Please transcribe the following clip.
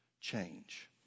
change